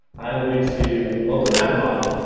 i'm going to open app model.